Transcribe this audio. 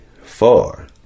four